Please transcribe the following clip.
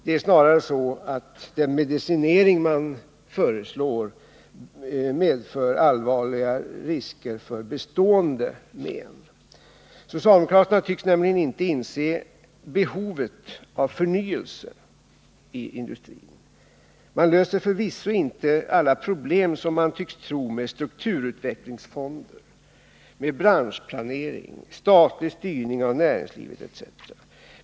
Det är snarare så att den medicinering man föreslår medför allvarliga risker för bestående men. Socialdemokraterna tycks nämligen inte inse behovet av förnyelse i industrin. Man löser förvisso inte alla problem, som man tycks tro, med strukturutvecklingsfonder, branschplanering, statlig styrning av näringslivet etc.